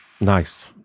nice